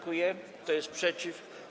Kto jest przeciw?